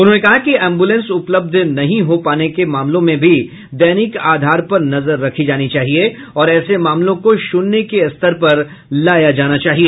उन्होंने कहा कि एम्बुलेंस उपलब्ध न हो पाने के मामलों में भी दैनिक आधार पर नजर रखी जानी चाहिए और ऐसे मामलों को शून्य के स्तर पर लाया जाना चाहिए